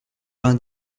vingt